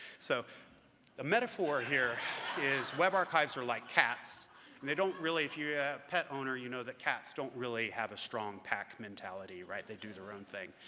so the metaphor here is, web archives are like cats, and they don't really if you're a pet owner, you know that cats don't really have a strong pack mentality, they do their own thing.